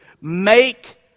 Make